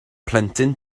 plentyn